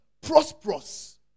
Prosperous